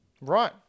Right